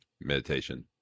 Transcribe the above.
meditation